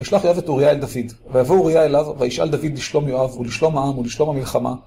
ישלח יואב את אוריה אל דוד, ויבוא אוריה אליו, וישאל דוד לשלום יואב, ולשלום העם, ולשלום המלחמה.